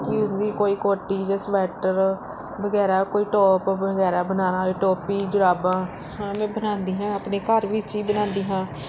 ਕਿ ਉਸਦੀ ਕੋਈ ਕੋਟੀ ਜਾਂ ਸਵੈਟਰ ਵਗੈਰਾ ਕੋਈ ਟੋਪ ਵਗੈਰਾ ਬਣਾਉਣਾ ਹੋਏ ਟੋਪੀ ਜੁਰਾਬਾਂ ਹਾਂ ਮੈਂ ਬਣਾਉਂਦੀ ਹਾਂ ਆਪਣੇ ਘਰ ਵਿੱਚ ਹੀ ਬਣਾਉਂਦੀ ਹਾਂ